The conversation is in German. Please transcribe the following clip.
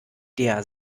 der